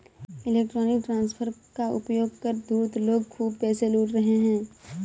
electronic transfer का उपयोग कर धूर्त लोग खूब पैसे लूट रहे हैं